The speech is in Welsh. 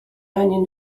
angen